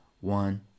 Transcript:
one